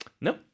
No